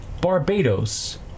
Barbados